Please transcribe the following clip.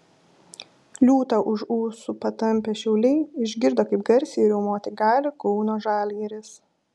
liūtą už ūsų patampę šiauliai išgirdo kaip garsiai riaumoti gali kauno žalgiris